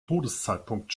todeszeitpunkt